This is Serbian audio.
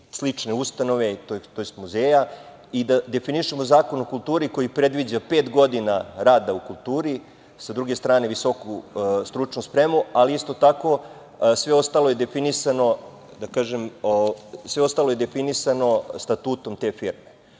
slične ustave to jest muzeja, i da definišemo Zakon o kulturi koji predviđa pet godina rada u kulturi, sa druge strane visoku stručnu spremu ali isto tako sve ostalo je definisano statutom te firme.